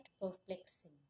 perplexing